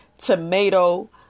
tomato